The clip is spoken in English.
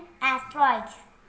asteroids